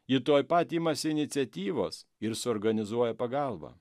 ji tuoj pat imasi iniciatyvos ir suorganizuoja pagalbą